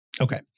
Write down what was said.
Okay